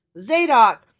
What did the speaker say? Zadok